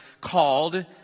called